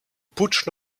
putsch